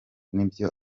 nibyo